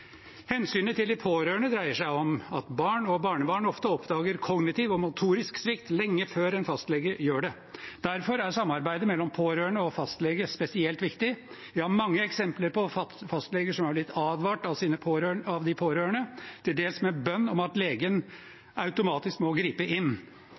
Hensynet til de pårørende dreier seg om at barn og barnebarn ofte oppdager kognitiv og motorisk svikt lenge før en fastlege gjør det. Derfor er samarbeidet mellom pårørende og fastlege spesielt viktig. Vi har mange eksempler på fastleger som har blitt advart av de pårørende, til dels med bønn om at